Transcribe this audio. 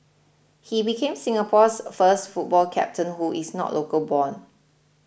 he became Singapore's first football captain who is not local born